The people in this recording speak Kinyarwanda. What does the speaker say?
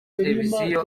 televiziyo